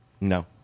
No